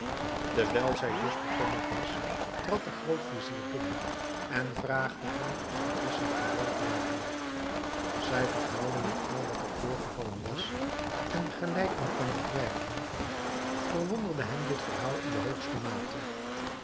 terwijl zij dus bekommerd was trad de grootvizier binnen en vraagde haar of de visschen gereed waren zij verhaalde hem al wat er voorgevallen was en gelijk men kan begrijpen verwonderde hem dit verhaal in de hoogste mate